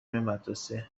مدرسه